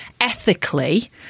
ethically